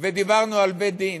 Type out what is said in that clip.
ודיברנו על בית-דין,